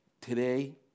Today